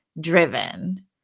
driven